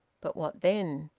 but what then?